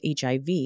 HIV